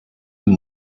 una